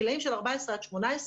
גילים של 14 עד 18,